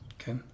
okay